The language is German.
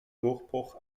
durchbruch